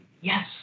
Yes